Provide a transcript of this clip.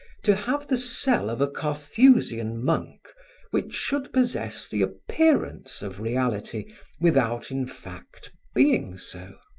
to have the cell of a carthusian monk which should possess the appearance of reality without in fact being so.